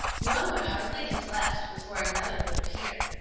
one would hardly have left before another would appear.